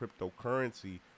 cryptocurrency